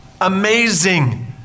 Amazing